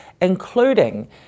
including